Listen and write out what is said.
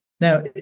Now